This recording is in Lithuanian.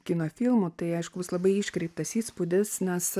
kino filmų tai aišku bus labai iškreiptas įspūdis nes